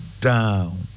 down